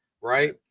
right